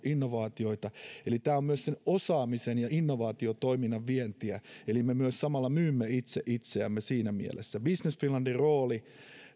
innovaatioita eli tämä on myös sen osaamisen ja innovaatiotoiminnan vientiä eli me myös samalla myymme itse itseämme siinä mielessä business finlandin rooli